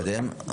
אני רוצה להתקדם.